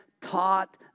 taught